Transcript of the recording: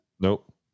Nope